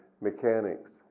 mechanics